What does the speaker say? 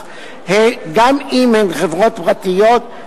גם אם הן חברות פרטיות,